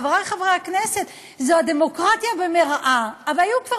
חברי חברי הכנסת, זו הדמוקרטיה במירָעָה.